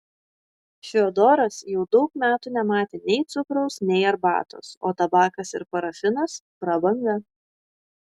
fiodoras jau daug metų nematė nei cukraus nei arbatos o tabakas ir parafinas prabanga